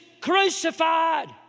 crucified